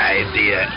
idea